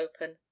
open